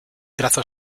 trazo